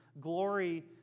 glory